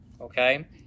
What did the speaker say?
okay